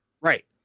Right